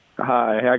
Hi